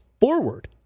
forward